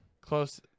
close